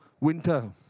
winter